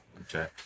okay